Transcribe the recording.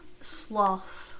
sloth